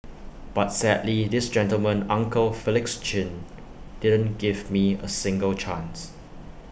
but sadly this gentleman uncle Felix chin didn't give me A single chance